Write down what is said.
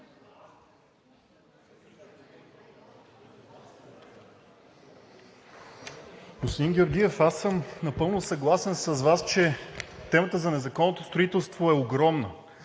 Господин Георгиев, аз съм напълно съгласен с Вас, че темата за незаконното строителство е огромна.